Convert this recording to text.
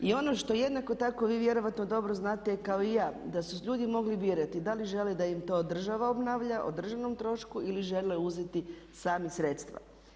I ono što jednako tako vi vjerojatno dobro znate kao i ja da su ljudi mogli birati da li žele da im to država obnavlja o državnom trošku ili žele uzeti sami sredstva.